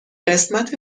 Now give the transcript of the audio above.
قسمت